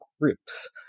groups